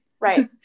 Right